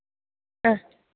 അ